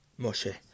Moshe